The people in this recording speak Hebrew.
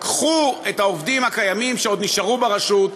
קחו את העובדים הקיימים שעוד נשארו ברשות,